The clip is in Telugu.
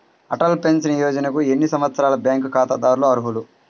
అటల్ పెన్షన్ యోజనకు ఎన్ని సంవత్సరాల బ్యాంక్ ఖాతాదారులు అర్హులు?